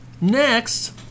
next